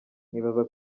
nibaza